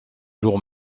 jour